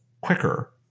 quicker